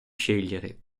scegliere